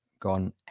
gone